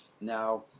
Now